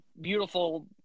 beautiful